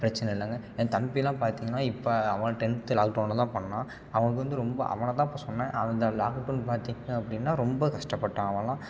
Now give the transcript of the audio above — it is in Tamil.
பிரச்சனை இல்லைங்க என் தம்பிலாம் பார்த்திங்கன்னா இப்போ அவன் டென்த்து லாக்டவுனில்தான் பண்ணுனான் அவனுக்கு வந்து ரொம்ப அவனைதான் இப்போ சொன்னேன் அந்த லாக்டவுன் பார்த்திங்க அப்படின்னா ரொம்ப கஷ்டப்பட்டான் அவன்லாம்